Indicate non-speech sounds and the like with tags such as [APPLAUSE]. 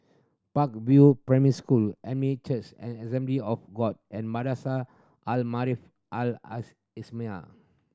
Park View Primary School Elim Church and Assembly of God and Madrasah Al Maarif Al [UNINTELLIGIBLE] Islamiah